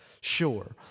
Sure